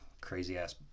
crazy-ass